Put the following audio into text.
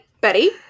Betty